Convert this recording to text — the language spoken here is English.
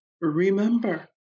remember